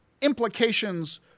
implications